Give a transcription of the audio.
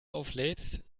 auflädst